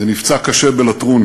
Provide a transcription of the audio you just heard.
ונפצע קשה בלטרון.